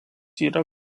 yra